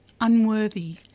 Unworthy